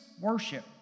worship